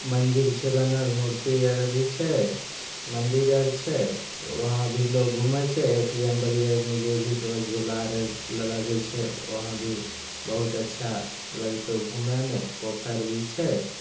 मंजिल छै बनल मूर्ति आर भी छै मंदिर आर छै वहाँ भी लोग घूमै छै एक जनबरी आरमे जेबही तऽ वहाँ झूला आर लगैत छै वहाँ भी बहुत अच्छा लगतहुँ घूमेमे पोखरि भी छै